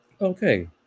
Okay